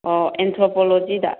ꯑꯣ ꯑꯦꯟꯊ꯭ꯔꯣꯄꯣꯂꯣꯖꯤꯗ